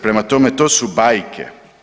Prema tome, to su bajke.